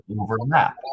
overlap